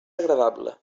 agradable